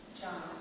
John